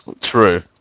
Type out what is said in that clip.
True